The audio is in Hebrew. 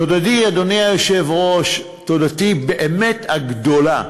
אדוני היושב-ראש, תודתי באמת הגדולה,